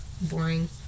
boring